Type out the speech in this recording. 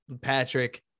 Patrick